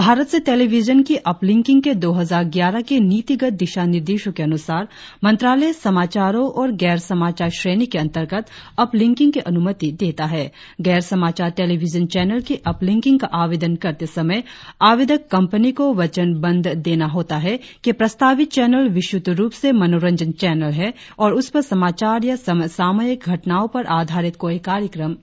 भारत से टेलीविजन की अपलिंकिग के दो हजार ग्यारह के नीतिगत दिशा निर्देशों के अनुसार मंत्रालय समाचारों और गैर समाचार श्रेणी के अंतर्गत अपलिंकिंग की अनुमति देता है गैर समाचार टेलीविजन चैनल की अपलिंकिग का आवेदन करते समय आवेदक कंपनी को वचनबंध देना होता है कि प्रस्तावित चैनल विशुद्ध रुप से मनोरंजन चैनल है और उस पर समाचार या सम सामायिक घटनाओं पर आधारित कोई कार्यक्रम नहीं होगा